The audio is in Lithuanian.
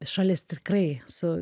šalis tikrai su